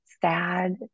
sad